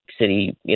City